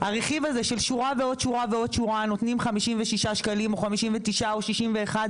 הרכיב הזה של שורה ועוד שורה ועוד שורה נותנים 56 שקלים או 59 או 61,